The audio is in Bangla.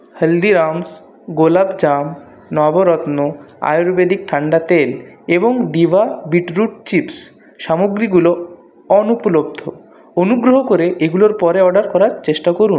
হলদিরামস্ গোলাপ জাম নবরত্ন আয়ুর্বেদিক ঠান্ডা তেল এবং ডিভা বিটরুট চিপস্ সামগ্রীগুলো অনুপলব্ধ অনুগ্রহ করে এগুলো পরে অর্ডার করার চেষ্টা করুন